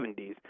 1970s